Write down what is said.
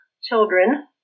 children